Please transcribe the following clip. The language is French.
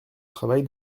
travail